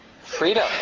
freedom